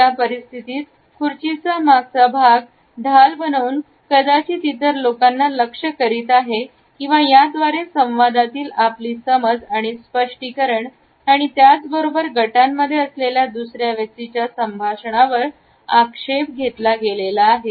या परिस्थिती खुर्ची चा मागचा भाग ढाल बनवून कदाचित इतर लोकांना लक्ष्य करीत आहे किंवा याद्वारे संवादातील आपली समाज किंवा स्पष्टीकरण आणि त्याच बरोबर गटांमध्ये असलेल्या दुसऱ्या व्यक्तीच्या संभाषणावर आक्षेप घेतला जातो